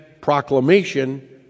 proclamation